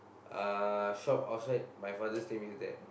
uh shop outside my father's name is there